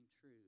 true